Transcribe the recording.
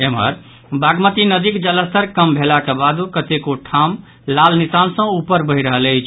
एम्हर बागमती नदीक जलस्तर कम भेलाक बादो कतेको ठाम लाल निशान सँ ऊपर बहि रहल अछि